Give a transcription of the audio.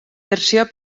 versió